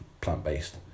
plant-based